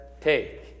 take